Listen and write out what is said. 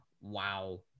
wow